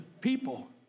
people